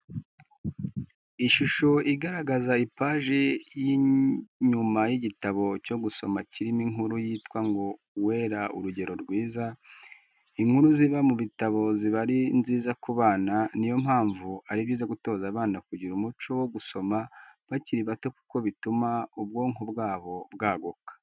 Ishusho igaragaza ipaji y'inyuma y'igitabo cyo gusama kirimo inkuru yitwa ngo: "Uwera urugero rwiza." Inkuru ziba mu bitabo ziba ari nziza ku bana ni yo mpamvu ari byiza gutoza abana kugira umuco wo gusoma bakiri bato kuko bituma ubwonko bwabo bwaguka.